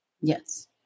Yes